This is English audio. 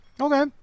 Okay